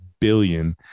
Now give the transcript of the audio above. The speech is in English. billion